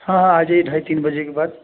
हाँ हाँ आ जाइए ढाई तीन बजे के बाद